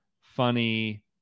funny